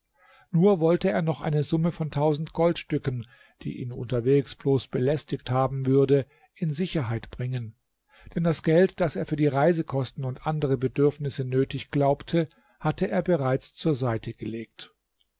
nur wollte er noch eine summe von tausend goldstücken die ihn unterwegs bloß belästigt haben würde in sicherheit bringen denn das geld das er für die reisekosten und andere bedürfnisse nötig glaubte hatte er bereits zur seite gelegt